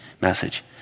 message